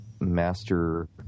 master